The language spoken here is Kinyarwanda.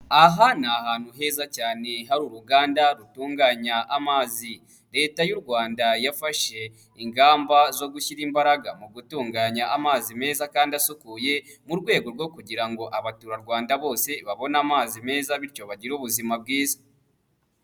Aha ni ahantu heza cyane hari uruganda rutunganya amazi, Leta y'u Rwanda yafashe ingamba zo gushyira imbaraga mu gutunganya amazi meza kandi asukuye, mu rwego rwo kugira ngo abaturarwanda bose babone amazi meza bityo bagire ubuzima bwiza.